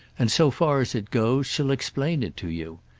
and so far as it goes she'll explain it to you.